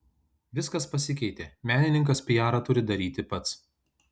viskas pasikeitė menininkas piarą turi daryti pats